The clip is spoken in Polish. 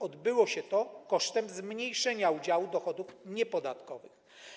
Odbyło się to kosztem zmniejszenia udziału dochodów niepodatkowych.